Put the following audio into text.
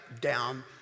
down